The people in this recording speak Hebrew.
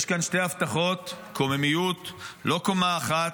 יש כאן שתי הבטחות: קוממיות, לא קומה אחת,